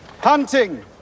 hunting